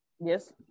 Yes